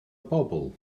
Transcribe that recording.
bobl